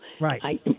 Right